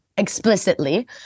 explicitly